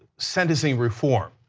sentencing reform.